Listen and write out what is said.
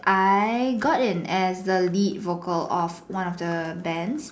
I got in as the lead vocal for one of the band